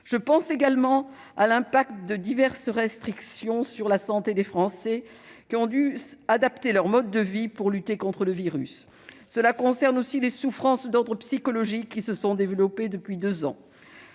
Je pense également à l'impact des diverses restrictions sur la santé des Français, qui ont dû adapter leur mode de vie pour lutter contre le virus. Cela concerne aussi les souffrances d'ordre psychologique qui se sont développées depuis deux ans.